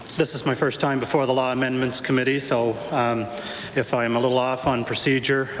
this is my first time before the law amendments committee, so if i am a little off on procedure,